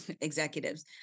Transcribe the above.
executives